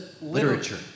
Literature